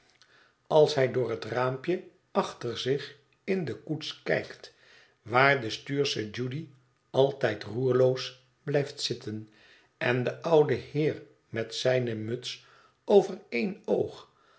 als hij door het raampje achter zich in de koets kijkt waar de stuursche judy altijd roerloos blijft zitten en de oude heer met zijne muts over één oog